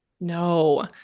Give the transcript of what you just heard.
no